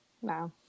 Wow